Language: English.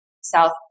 South